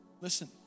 Listen